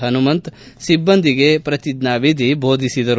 ಹನುಮಂತ್ ಸಿಬ್ಬಂದಿಗೆ ಪ್ರತಿಜ್ಞಾವಿಧಿ ಬೋಧಿಸಿದರು